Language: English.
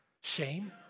shame